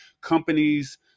companies